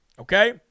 Okay